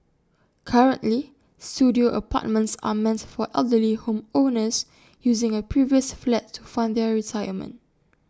currently Studio apartments are meant for elderly home owners using A previous flat to fund their retirement